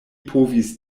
povis